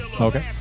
Okay